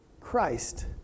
Christ